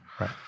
Right